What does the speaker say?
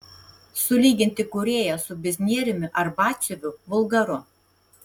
sulyginti kūrėją su biznieriumi ar batsiuviu vulgaru